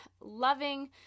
loving